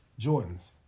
Jordans